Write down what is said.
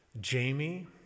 Jamie